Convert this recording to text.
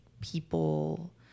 people